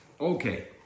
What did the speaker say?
Okay